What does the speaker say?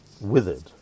withered